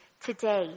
today